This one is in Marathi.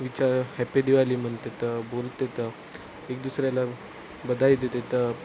विचार हॅप्पी दिवाली म्हणतात बोलतात एक दुसऱ्याला बधाई देतात